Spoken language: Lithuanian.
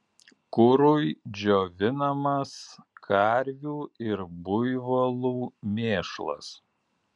kurui džiovinamas karvių ir buivolų mėšlas